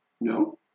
No